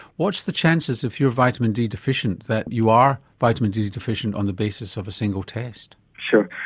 what's the chances if you're vitamin d deficient that you are vitamin d deficient on the basis of a single test? sure,